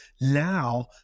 now